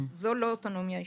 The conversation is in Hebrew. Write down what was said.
זו לא אוטונומיה אישית.